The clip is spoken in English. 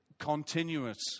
continuous